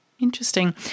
Interesting